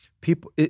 people